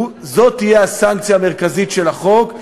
זאת תהיה הסנקציה המרכזית של החוק.